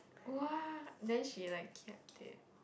!woah! then she like kept it